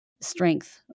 strength